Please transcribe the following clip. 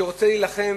שרוצה להילחם